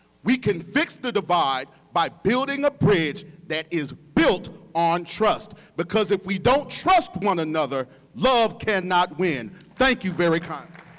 we can fix the divide by building a bridge that is built on trust because if we don't trust one another, love cannot win. thank you very kindly.